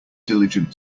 diligent